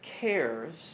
cares